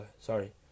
Sorry